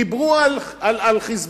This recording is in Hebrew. דיברו על "חיזבאללה"